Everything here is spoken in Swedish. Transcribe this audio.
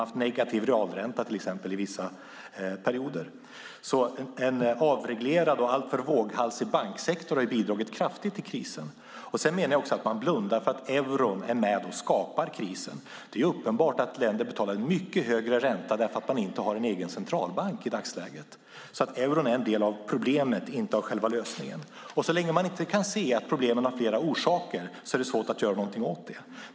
I vissa perioder har de haft negativ realränta. En avreglerad och alltför våghalsig banksektor har bidragit kraftigt till krisen. Vidare blundar man för att euron är med och skapar krisen. Det är uppenbart att länder betalar en mycket högre ränta eftersom man inte har en egen centralbank i dagsläget. Euron är en del av problemet, inte av själva lösningen. Så länge man inte kan se att problemet har flera orsaker är det svårt att göra något åt det.